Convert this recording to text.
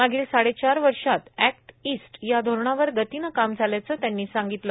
मागील साडेचार वर्षात अॅक्ट ईस्ट या धोरणावर गतीनं काम झाल्याचं त्यांनी सांगितलं